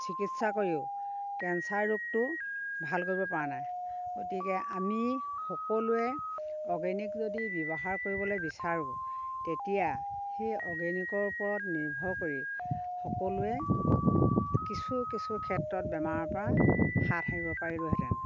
চিকিৎসা কৰিও কেঞ্চাৰ ৰোগটো ভাল কৰিব পৰা নাই গতিকে আমি সকলোৱে অৰ্গেনিক যদি ব্যৱহাৰ কৰিবলৈ বিচাৰোঁ তেতিয়া সেই অৰ্গেনিকৰ ওপৰত নিৰ্ভৰ কৰি সকলোৱে কিছু কিছু ক্ষেত্ৰত বেমাৰৰ পৰা হাত সাৰিব পাৰিলোঁহেতেন